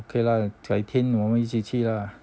okay lah 改天我们一起去 lah